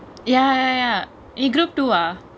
ya ya ya நீ:nee group two ah